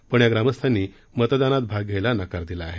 परंतु या ग्रामस्थांनी मतदानात भाग घेण्यास नकार दिला आहे